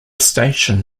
station